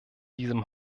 diesem